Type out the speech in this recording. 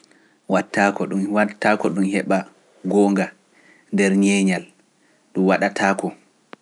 Ɓe waɗtaako ɗum, ɗum heɓa goonga, nder ñeeñal, ɗum waɗataako.